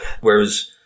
whereas